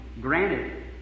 Granted